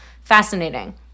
Fascinating